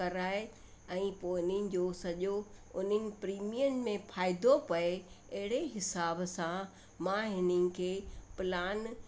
कराए ऐं पोइ हिननि जो सॼो उन्हनि प्रिमियम में फ़ाइदो पए अहिड़े हिसाब सां मां हिननि खे प्लान